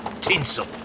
Tinsel